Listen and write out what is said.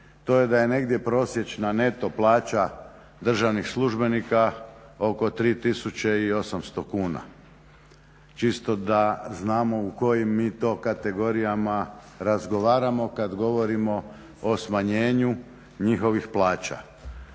to je da je negdje prosječna neto plaća državnih službenika oko 3800 kuna. Čisto da znamo o kojim mi to kategorijama razgovaramo kad govorimo o smanjenju njihovih plaća.